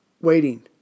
waiting